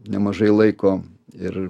nemažai laiko ir